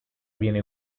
viene